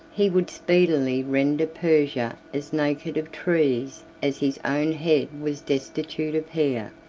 he would speedily render persia as naked of trees as his own head was destitute of hair.